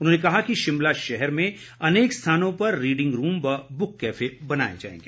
उन्होंने कहा कि शिमला शहर में अनेक स्थानों पर रीडिंग रूम व बुक कैफे बनाए जाएंगे